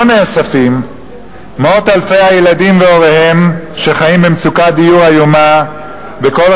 לא נאספים מאות אלפי הילדים והוריהם שחיים במצוקת דיור איומה בכל